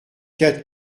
quatre